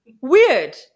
weird